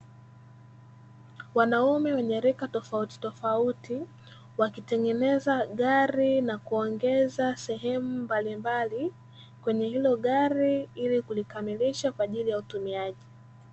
Wanaume wenye rika tofauti tofauti, wakitengeneza gari, nakuongeza sehemu mbalimbali kwenye hilo gari ili kulikamilisha kwaajili ya utumiaji.